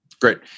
great